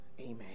Amen